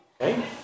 Okay